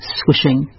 swishing